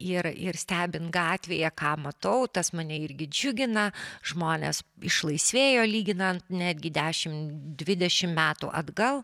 ir ir stebint gatvėje ką matau tas mane irgi džiugina žmonės išlaisvėjo lyginant netgi dešimt dvidešimt metų atgal